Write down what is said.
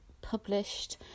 published